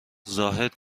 زاهد